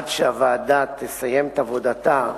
עד שהוועדה תסיים את עבודתה,